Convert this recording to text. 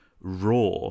raw